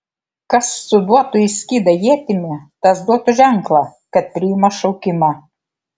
kas suduotų į skydą ietimi tas duotų ženklą kad priima šaukimą